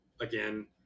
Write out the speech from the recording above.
again